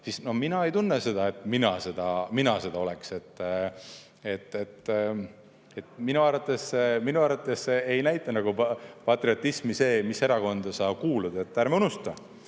siis mina ei tunne seda, et mina see oleksin. Minu arvates ei näita patriotismi see, mis erakonda sa kuulud. Ärme unustame,